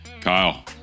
Kyle